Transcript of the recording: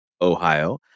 Ohio